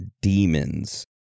demons